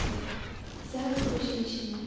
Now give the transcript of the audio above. تہٕ زیادٕ خوشی چھِ مےٚ